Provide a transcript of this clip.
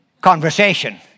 conversation